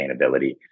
sustainability